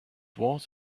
was